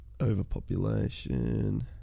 overpopulation